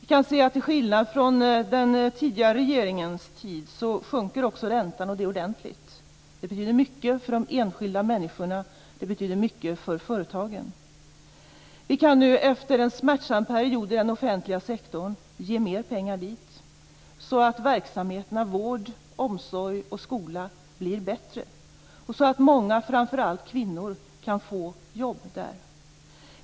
Vi kan se att till skillnad mot under den tidigare regeringens tid sjunker räntan ordentligt. Det betyder mycket för de enskilda människorna och för företagen. Vi kan nu efter en smärtsam period i den offentliga sektorn ge mer pengar till den, så att verksamheterna vård, omsorg och skola blir bättre och så att många, framför allt kvinnor, kan få jobb där.